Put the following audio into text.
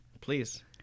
please